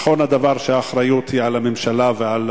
נכון הדבר שהאחריות היא על הממשלה ועל